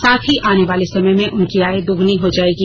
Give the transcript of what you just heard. साथ ही आने वाले समय में उनकी आय दुगुनी हो जाएगी